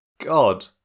God